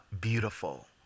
beautiful